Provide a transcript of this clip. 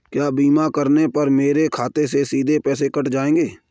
क्या बीमा करने पर मेरे खाते से सीधे पैसे कट जाएंगे?